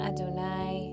Adonai